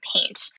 paint